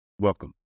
Welcome